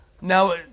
Now